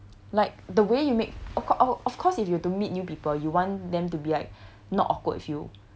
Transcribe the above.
like the way you make of of course if you were to meet new people you want them to be like not awkward with you